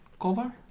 cover